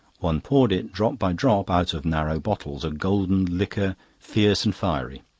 one poured it drop by drop out of narrow bottles, a golden liquor, fierce and fiery.